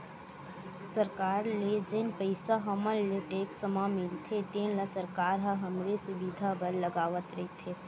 सरकार ल जेन पइसा हमर ले टेक्स म मिलथे तेन ल सरकार ह हमरे सुबिधा बर लगावत रइथे